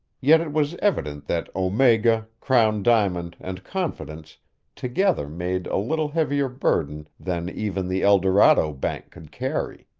yet it was evident that omega, crown diamond and confidence together made a little heavier burden than even the el dorado bank could carry.